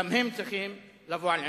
גם הם צריכים לבוא על עונשם.